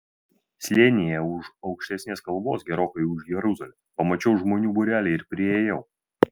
slėnyje už aukštesnės kalvos gerokai už jeruzalės pamačiau žmonių būrelį ir priėjau